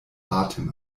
atem